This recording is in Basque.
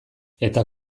eta